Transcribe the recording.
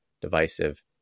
divisive